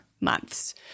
months